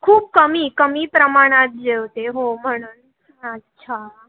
खूप कमी कमी प्रमाणात जेवते हो म्हणून अच्छा